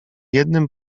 jednym